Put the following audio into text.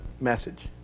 message